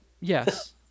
yes